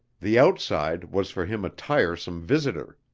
the outside was for him a tiresome visitor.